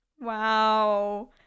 Wow